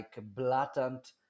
blatant